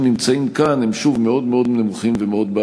אין מתנגדים ואין